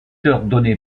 ordonné